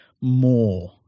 More